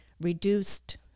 reduced